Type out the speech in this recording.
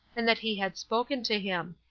and that he had spoken to him.